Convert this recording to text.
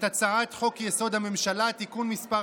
את הצעת חוק-יסוד: הממשלה (תיקון מס'